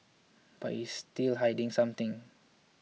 but he's still hiding something